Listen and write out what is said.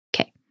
Okay